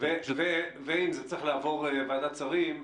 ואם זה צריך לעבור ועדת שרים,